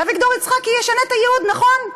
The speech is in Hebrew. אביגדור יצחקי ישנה את הייעוד, נכון?